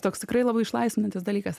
toks tikrai labai išlaisvinantis dalykas